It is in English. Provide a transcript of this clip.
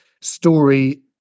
story